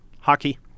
Hockey